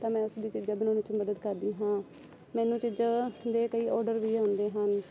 ਤਾਂ ਮੈਂ ਉਸਦੀ ਚੀਜ਼ਾਂ ਬਣਵਾਉਣ 'ਚ ਮਦਦ ਕਰਦੀ ਹਾਂ ਮੈਨੂੰ ਚੀਜ਼ਾਂ ਦੇ ਕਈ ਔਡਰ ਵੀ ਆਉਂਦੇ ਹਨ